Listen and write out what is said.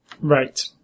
Right